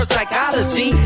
psychology